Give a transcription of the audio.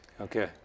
Okay